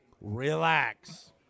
Relax